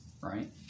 right